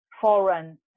foreign